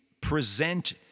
present